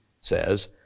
says